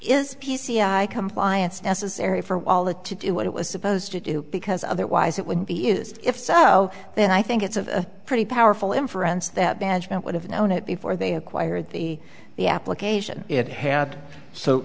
is p c i compliance necessary for all that to do what it was supposed to do because otherwise it wouldn't be is if so then i think it's a pretty powerful inference that badgeman would have known it before they acquired the the application it had so